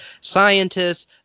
scientists